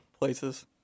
places